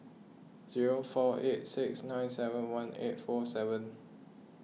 zero four eight six nine seven one eight four seven